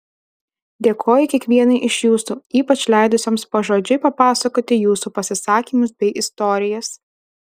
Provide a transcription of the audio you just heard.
dėkoju kiekvienai iš jūsų ypač leidusioms pažodžiui papasakoti jūsų pasisakymus bei istorijas